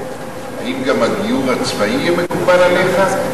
האם גם הגיור הצבאי יהיה מקובל עליך?